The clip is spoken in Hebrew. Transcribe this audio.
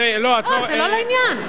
זה לא לעניין.